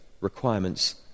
requirements